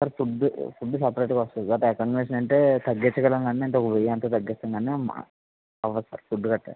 sir food food సపరేట్గా వస్తుంది sir accommodation అంటే తగ్గించగలం కాని ఓ వెయ్యి ఎంతో తగ్గిస్తాం కాని అవ్వదు సర్ ఫుడ్ గట్రా